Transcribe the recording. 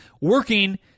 working